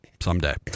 someday